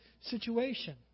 situation